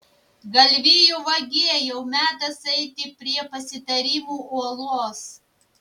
galvijų vagie jau metas eiti prie pasitarimų uolos